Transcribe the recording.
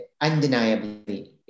undeniably